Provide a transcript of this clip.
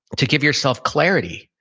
to give yourself clarity.